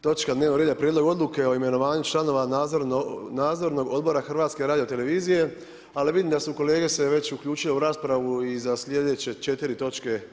Točka dnevnog reda Prijedlog odluke o imenovanju članova nadzornog odbora HRT ali vidim da su se kolege već uključile u raspravu i za sljedeće 4 točke.